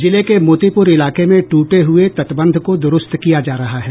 जिले के मोतीपुर इलाके में टूटे हुए तटबंध को द्रूस्त किया जा रहा है